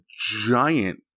giant